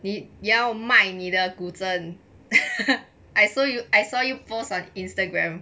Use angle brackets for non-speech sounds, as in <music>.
你要卖你的古筝 <laughs> I saw you post on instagram